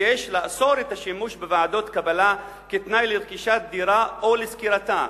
6. איסור השימוש בוועדות קבלה כתנאי לרכישת דירה או לשכירתה,